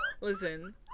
Listen